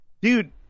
dude